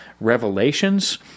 revelations